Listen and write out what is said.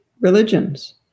religions